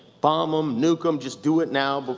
bomb em, nuke'em, just do it now. but